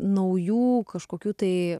naujų kažkokių tai